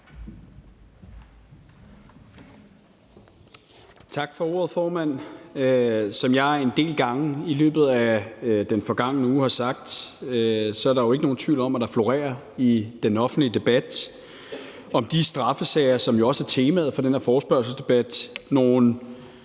Tak for ordet, formand. Som jeg en del gange i løbet af den forgangne uge har sagt, er der jo ikke nogen tvivl om, at der i den offentlige debat om de straffesager, som jo også er temaet for den her forespørgselsdebat,